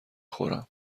خورم